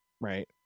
Right